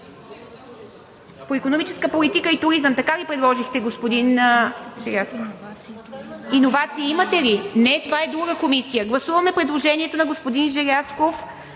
„По икономическа политика и туризъм“ – така ли предложихте, господин Желязков? „Иновации“ имате ли? (Реплики.) Не, това е друга комисия. Гласуваме предложението на господин Желязков